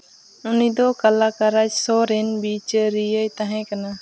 ᱩᱱᱤ ᱫᱚ ᱠᱟᱞᱟᱠᱟᱨᱟᱡᱽ ᱥᱚ ᱨᱮᱱ ᱵᱤᱪᱟᱹᱨᱤᱭᱟᱹᱭ ᱛᱟᱦᱮᱸᱠᱟᱱᱟ